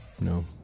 No